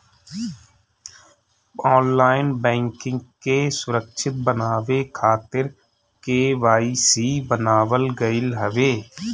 online banking के सुरक्षित बनावे खातिर के.वाई.सी बनावल गईल हवे